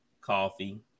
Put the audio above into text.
coffee